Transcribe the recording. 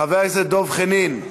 חבר הכנסת דב חנין,